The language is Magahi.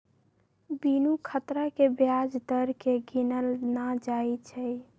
बिनु खतरा के ब्याज दर केँ गिनल न जाइ छइ